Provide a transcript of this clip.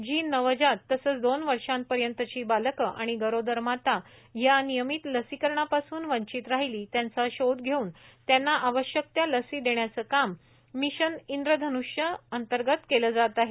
जी नवजात तसंच दोन वर्षा पर्यंतची बालके आणि गरोदर माता या नियमित लसीकरणापासून वंचीत राहिली त्यांचा शोध घेवून त्यांना आवश्यक त्या लसी देण्याचे काम मिशन इंद्रधन्ष्य अंतर्गत केले जात आहे